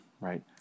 right